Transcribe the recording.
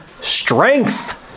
Strength